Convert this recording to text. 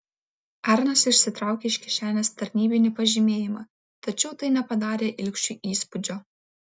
arnas išsitraukė iš kišenės tarnybinį pažymėjimą tačiau tai nepadarė ilgšiui įspūdžio